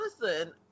Listen